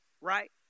right